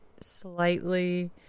slightly